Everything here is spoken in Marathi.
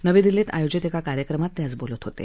नवी दिल्लीत आयोजित एका कार्यक्रमात ते आज बोलत होते